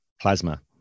Plasma